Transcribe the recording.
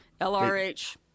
LRH